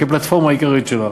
כפלטפורמה עיקרית שלה